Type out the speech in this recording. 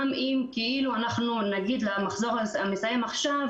אם כאילו נגיד למחזור המסיים עכשיו,